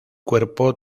cuerpo